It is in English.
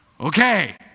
Okay